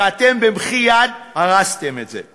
ואתם במחי יד הרסתם את זה.